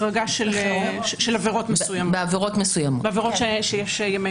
החרגה של עבירות מסוימות, בעבירות שיש ימי